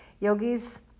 yogis